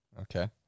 Okay